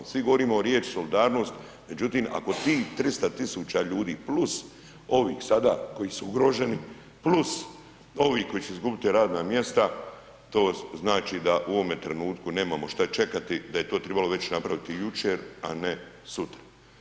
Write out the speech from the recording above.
Svi govorimo riječ solidarnost, međutim ako tih 300.000 ljudi plus ovih sada koji su ugroženi, plus ovi koji će izgubiti radna mjesta to znači da u ovome trenutku nemamo šta čekati, da je to tribalo napraviti već jučer, a ne sutra.